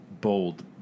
Bold